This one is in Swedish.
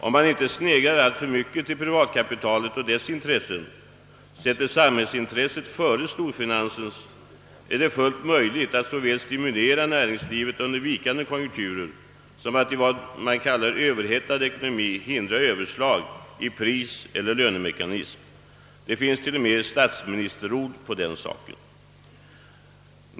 Om man inte sneglar alltför mycket på privatkapitalets intressen utan sätter samhällets intresse före storfinansens, är det fullt möjligt att såväl stimulera näringslivet under vikande konjunkturer som att i en s.k. överhettad ekonomi hindra överslag i priseller lönemekanismerna. Det finns t.o.m. statsministerord på detta.